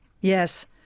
Yes